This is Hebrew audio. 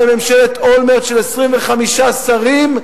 בממשלת אולמרט של 25 שרים,